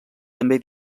també